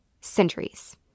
Centuries